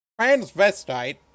Transvestite